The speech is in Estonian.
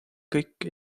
kõik